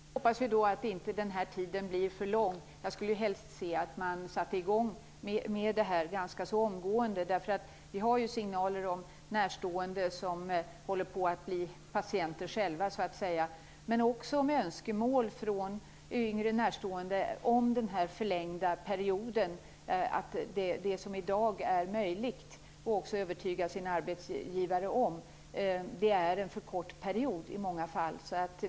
Fru talman! Då hoppas vi att den här tiden inte blir för lång. Jag skulle helst se att man satte i gång med det här ganska omgående. Vi har ju signaler om närstående som så att säga håller på att bli patienter själva. Vi har också signaler om önskemål från yngre närstående om den här förlängda perioden, signaler om att det som det i dag är möjligt att övertyga sin arbetsgivare om i många fall är en för kort period.